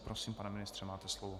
Prosím, pane ministře, máte slovo.